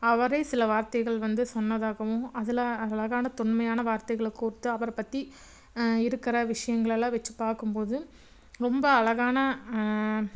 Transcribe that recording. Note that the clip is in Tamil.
அவரே சில வார்த்தைகள் வந்து சொன்னதாகவும் அதில் அழகான தொன்மையான வார்த்தைகளை கோர்த்து அவரை பற்றி இருக்கிற விஷயங்களலாம் வச்சி பார்க்கும்போது ரொம்ப அழகான